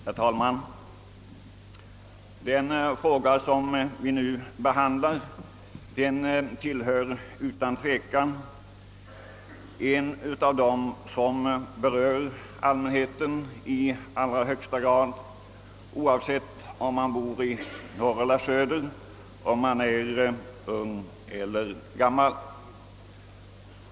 Herr talman! Den fråga vi nu behandlar berör utan tvivel allmänheten i allra högsta grad, oavsett om man bor i norr eller söder, om man är ung eller gammal.